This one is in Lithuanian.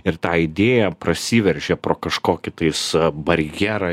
ir ta idėja prasiveržia pro kažkokį tais barjerą